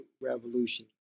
revolution